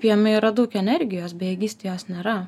jame yra daug energijos bejėgystėj jos nėra